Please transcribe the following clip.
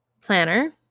planner